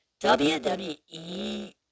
WWE